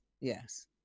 Yes